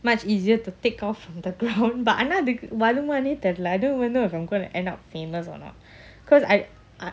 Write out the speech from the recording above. much easier to take off from the ground but ஆனாஅது:ana adhu I don't even know if I'm going to end up famous or not cause I I